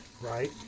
Right